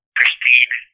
Christine